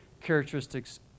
characteristics